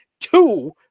two